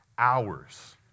Hours